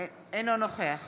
אינו נוכח